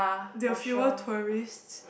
there were fewer tourists